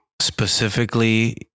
specifically